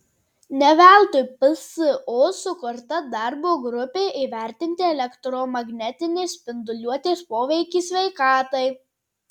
ne veltui pso sukurta darbo grupė įvertinti elektromagnetinės spinduliuotės poveikį sveikatai